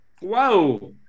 Wow